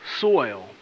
soil